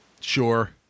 Sure